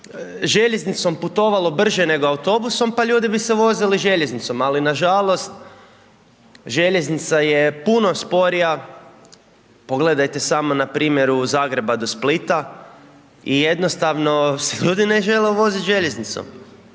željeznicom putovalo brže nego autobusom, pa ljudi bi se vozili željeznicom, ali nažalost, željeznica je puno sporija, pogledajte samo na primjeru Zagreba do Splita i jednostavno se ljudi ne žele vozit željeznicom.